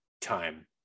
time